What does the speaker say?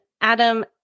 Adam